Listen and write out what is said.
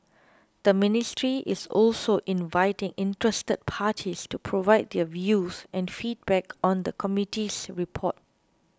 the ministry is also inviting interested parties to provide their views and feedback on the committee's report